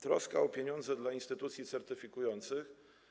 Troska o pieniądze dla instytucji certyfikujących.